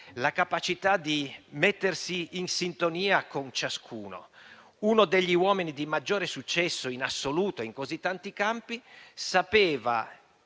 su questo - di mettersi in sintonia con ciascuno. Uno degli uomini di maggiore successo in assoluto in così tanti campi sapeva